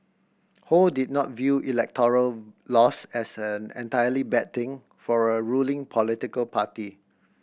ho did not view electoral loss as an entirely bad thing for a ruling political party